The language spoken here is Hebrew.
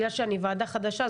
בגלל שאני ועדה חדשה,